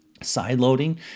sideloading